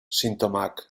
sintomak